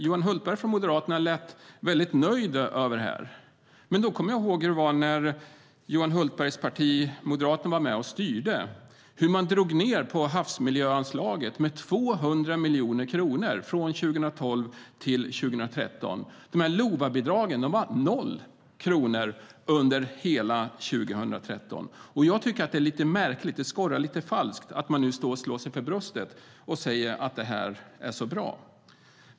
Johan Hultberg från Moderaterna lät väldigt nöjd över det här. Men jag kommer ihåg hur det var när Johan Hultbergs parti, Moderaterna, var med och styrde. Man drog ned på havsmiljöanslaget med 200 miljoner kronor från 2012 till 2013. LOVA-bidragen var noll kronor under hela 2013. Jag tycker att det är lite märkligt - det skorrar lite falskt - att man nu står och slår sig för bröstet och säger att det här är så bra.